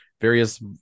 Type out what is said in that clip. various